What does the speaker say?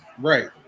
Right